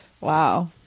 wow